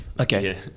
okay